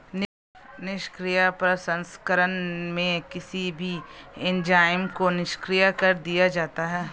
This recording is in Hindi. निष्क्रिय प्रसंस्करण में किसी भी एंजाइम को निष्क्रिय कर दिया जाता है